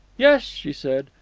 yes, she said,